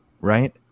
right